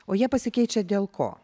o jie pasikeičia dėl ko